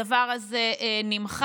הדבר הזה נמחק.